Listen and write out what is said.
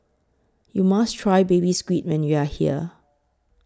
YOU must Try Baby Squid when YOU Are here